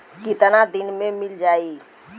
कितना दिन में मील जाई?